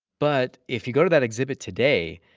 but if you go to that exhibit today,